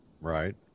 Right